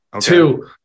Two